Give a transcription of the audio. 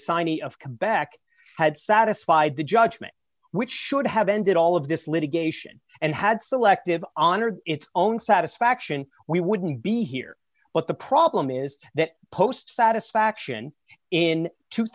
assignee of comeback had satisfied the judgement which should have ended all of this litigation and had selective honored its own satisfaction we wouldn't be here but the problem is that post satisfaction in two